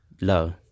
low